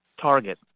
Target